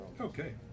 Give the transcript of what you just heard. Okay